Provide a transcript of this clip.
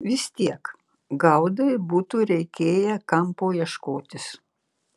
vis tiek gaudai būtų reikėję kampo ieškotis